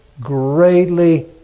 greatly